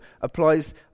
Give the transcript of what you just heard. applies